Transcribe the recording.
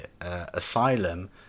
asylum